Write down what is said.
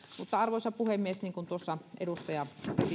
arvoisa puhemies niin kuin edustaja risikko